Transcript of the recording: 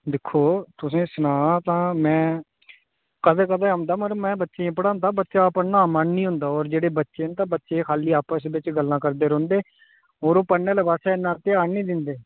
दिक्खो तुसेंगी सनां तां मैं कदें कदें औंदा पर मैं बच्चें गी पढ़ांदा बच्चे दा पढ़ने दा मन नी होंदा होर जेह्ड़े बच्चे ने ते बच्चे खाल्ली आपस च गल्लां करदे रौंह्दे होर ओह् पढ़ने आह्ले पास्सै इन्ना ध्यान नी दिंदे